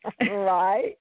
right